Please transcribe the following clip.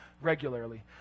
regularly